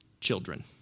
Children